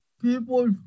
people